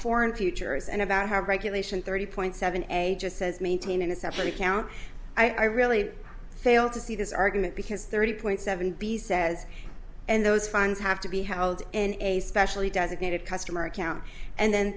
foreign futures and about how regulation thirty point seven eight just says maintaining a separate account i really fail to see this argument because thirty point seven b says and those funds have to be held in a specially designated customer account and then